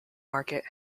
market